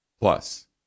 Plus